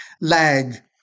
lag